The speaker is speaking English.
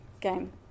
game